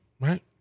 right